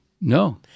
No